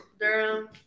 Durham